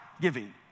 giving